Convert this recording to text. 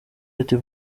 ati